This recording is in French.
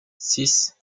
six